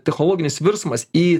technologinis virsmas į